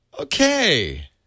Okay